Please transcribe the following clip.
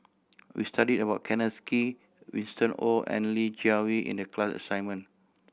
we studied about Kenneth Kee Winston Oh and Li Jiawei in the class assignment